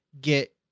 get